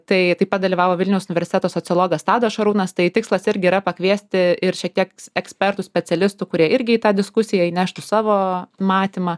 tai taip pat dalyvavo vilniaus universiteto sociologas tadas šarūnas tai tikslas irgi yra pakviesti ir šiek tieks ekspertų specialistų kurie irgi į tą diskusiją įneštų savo matymą